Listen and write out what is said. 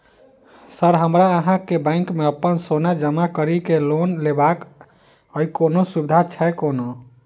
Sir हमरा अहाँक bank मे अप्पन सोना जमा करि केँ लोन लेबाक अई कोनो सुविधा छैय कोनो?